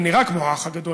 זה נראה כמו האח הגדול,